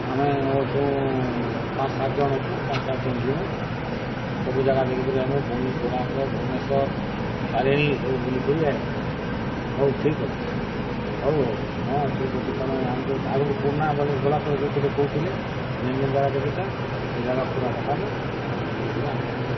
ଆମେ ଅଛୁଁ ପାଞ୍ଚ୍ ସାତ୍ ଜନ୍ ଅଛୁଁ ପାଞ୍ଚ୍ ସାତ୍ ଜନ୍ ଯିମୁ ସବୁ ଯାଗା ଦେଖିକରି ଆଏମୁ ପୁରୀ କୋଣାର୍କ ଭୁବନେଶ୍ୱର୍ ତାରିଣୀ ସବୁ ବୁଲିକରି ଆଏମୁ ହଉ ଠିକ୍ ଅଛେ ହଉ ହଉ ହଁ ଠିକ୍ ଅଛେ ତମେ ଆମ୍କେ ଆଗ୍ରୁ ପୁର୍ନା ବାଲେ ଗଲାଥର ଯାଇଥିଲେ କହୁଥିଲେ ଯେନ୍ ଯେନ୍ ଜାଗା ଦେଖିଛନ୍ ସେ ଜାଗା ପୁରା ଦେଖାବ ଆଉ ଆମ୍କୁ ବୁଲେଇ କରି ଆନ୍ବ